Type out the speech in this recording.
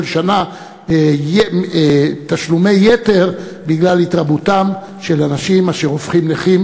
שנה תשלומי יתר בגלל התרבות אנשים אשר הופכים נכים